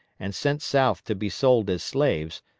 and sent south to be sold as slaves,